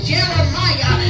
Jeremiah